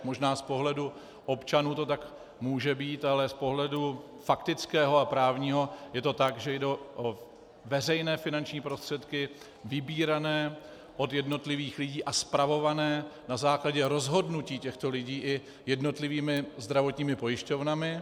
Možná z pohledu občanů to tak může být, ale z pohledu faktického a právního je to tak, že jde o veřejné finanční prostředky vybírané od jednotlivých lidí a spravované na základě rozhodnutí těchto lidí i jednotlivými zdravotními pojišťovnami.